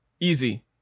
Easy